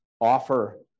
offer